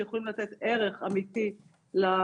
שיכולים לתת ערך אמיתי לאזרח.